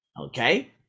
okay